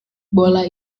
bola